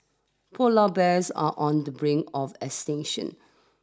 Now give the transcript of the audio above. polar bears are on the brink of extinction